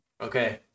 Okay